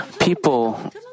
people